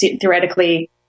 theoretically